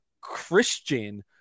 christian